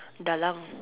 dalang